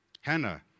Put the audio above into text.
Hannah